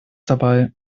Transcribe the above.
dabei